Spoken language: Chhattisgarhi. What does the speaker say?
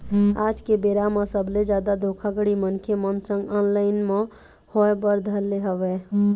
आज के बेरा म सबले जादा धोखाघड़ी मनखे मन संग ऑनलाइन म होय बर धर ले हवय